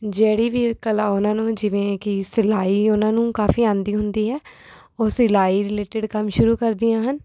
ਜਿਹੜੀ ਵੀ ਕਲਾ ਉਨ੍ਹਾਂ ਨੂੰ ਜਿਵੇਂ ਕਿ ਸਿਲਾਈ ਉਹਨਾਂ ਨੂੰ ਕਾਫ਼ੀ ਆਉਂਦੀ ਹੁੰਦੀ ਹੈ ਉਹ ਸਿਲਾਈ ਰਿਲੇਟਿਡ ਕੰਮ ਸ਼ੁਰੂ ਕਰਦੀਆਂ ਹਨ